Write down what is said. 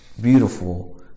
beautiful